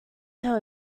should